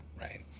right